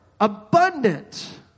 abundant